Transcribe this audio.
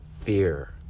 fear